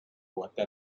worte